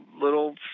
little